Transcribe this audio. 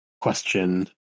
question